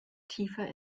tiefer